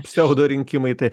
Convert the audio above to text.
pseudo rinkimai tai